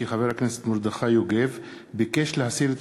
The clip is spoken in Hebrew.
כי חבר הכנסת מרדכי יוגב ביקש להסיר את